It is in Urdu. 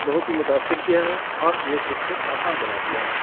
بہت ہی متاثر کیا ہے اور یہ چیز کو آسان بنا دیا ہے